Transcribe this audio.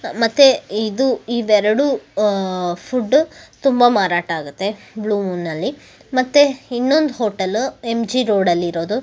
ಮತ್ತು ಇದು ಇವೆರಡೂ ಫುಡ್ಡು ತುಂಬ ಮಾರಾಟ ಆಗುತ್ತೆ ಬ್ಲೂ ಮೂನ್ನ್ನಲ್ಲಿ ಮತ್ತು ಇನ್ನೊಂದು ಹೋಟೆಲು ಎಮ್ ಜಿ ರೋಡಲ್ಲಿರೋದು